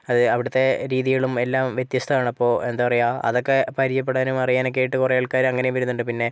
അത് അവിടത്തെ രീതികളും എല്ലാം വ്യത്യസ്തമാണ് അപ്പോൾ എന്തപറയാ അതൊക്ക പരിചയപ്പെടാനും അറിയാനൊക്കെയായിട്ട് കുറെ ആൾക്കാർ അങ്ങനെയും വരുന്നുണ്ട് പിന്നെ